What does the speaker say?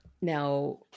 now